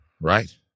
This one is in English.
right